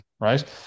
Right